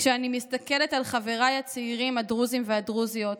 כשאני מסתכלת על חבריי הצעירים הדרוזים והדרוזיות,